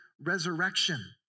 resurrection